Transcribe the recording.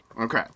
Okay